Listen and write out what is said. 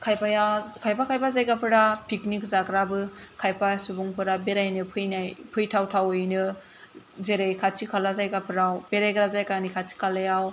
खायफाया खायफा खायफा जायगाफोरा पिकनिक जाग्रा बो खायफा सुबुंफोरा बेरायनो फैनाय फैथावथावैनो जेरै खाथि खाला जायगा फोराव बेरायग्रा जायगानि खाथि खालायाव